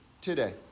today